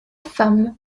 femme